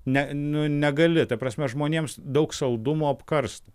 ne nu negali ta prasme žmonėms daug saldumo apkars